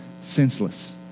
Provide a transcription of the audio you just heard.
senseless